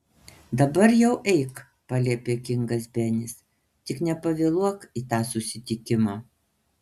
dabar jau eik paliepė kingas benis tik nepavėluok į tą susitikimą